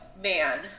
man